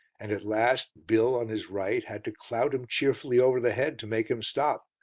and at last bill on his right had to clout him cheerfully over the head to make him stop,